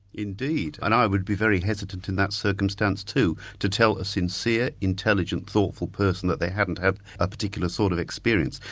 indeed, and i would be very hesitant in that circumstance, too, to tell a sincere, intelligent, thoughtful person that they haven't had a particular sort of experience.